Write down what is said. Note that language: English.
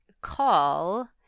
call